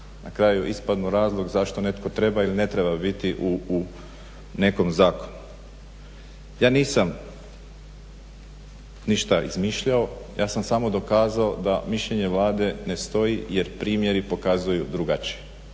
na kraju ispadnu razlog zašto netko treba ili ne treba biti u nekom zakonu. Ja nisam ništa izmišljao. Ja sam samo dokazao da mišljenje Vlade ne stoji jer primjeri pokazuju drugačije